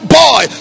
boy